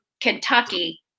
Kentucky